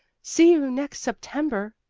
see you next september,